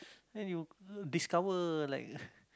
then you discover like